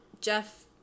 Jeff